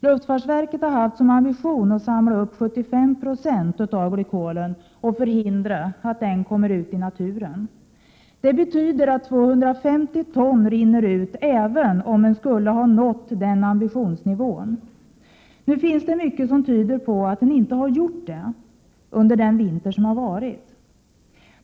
Luftfartsverket har haft som ambition att samla upp 75 960 av glykolen och förhindra att den kommer ut i naturen. Det betyder att 250 ton runnit ut, även om man skulle ha nått den ambitionsnivån. Nu finns det mycket som tyder på att man inte har gjort det under den vinter som varit.